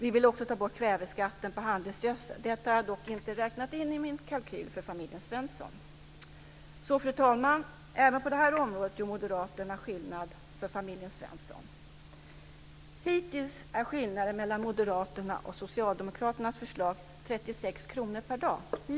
Vi vill också ta bort kväveskatten på handelsgödsel, men detta har jag inte räknat in i min kalkyl för familjen Svensson. Fru talman! Även på det här området gör Moderaterna skillnad för familjen Svensson. Hittills är skillnaden mellan Moderaternas och Socialdemokraternas förslag 36 kr per dag.